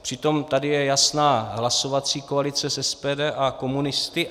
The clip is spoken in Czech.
Přitom tady je jasná hlasovací koalice s SPD a komunisty.